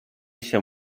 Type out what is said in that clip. się